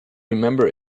remember